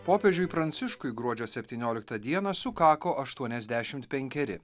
popiežiui pranciškui gruodžio septynioliktą dieną sukako aštuoniasdešimt penkeri